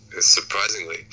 surprisingly